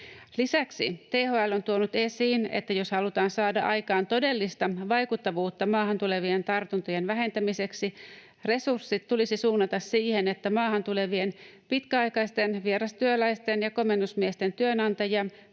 Lisäksi THL on tuonut esiin, että jos halutaan saada aikaan todellista vaikuttavuutta maahan tulevien tartuntojen vähentämiseksi, resurssit tulisi suunnata siihen, että maahan tulevien pitkäaikaisten vierastyöläisten ja komennusmiesten työnantajia